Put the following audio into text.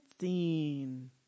scene